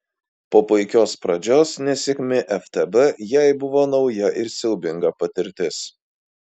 po puikios pradžios nesėkmė ftb jai buvo nauja ir siaubinga patirtis